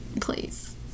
please